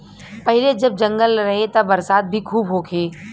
पहिले जब जंगल रहे त बरसात भी खूब होखे